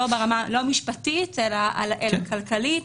לא משפטית אלא כלכלית.